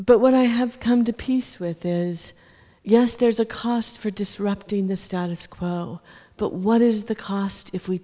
but what i have come to peace with is yes there's a cost for disrupting the status quo but what is the cost if we